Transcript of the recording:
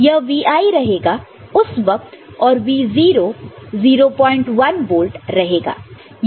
यह Vi रहेगा उस वक्त और Vo 01 वोल्ट रहेगा